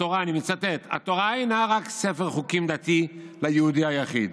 אני מצטט: התורה אינה רק ספר חוקים דתי ליהודי היחיד